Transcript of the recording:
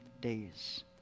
days